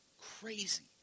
crazy